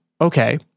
okay